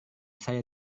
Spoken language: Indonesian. saya